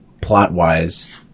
plot-wise